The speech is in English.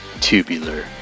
Tubular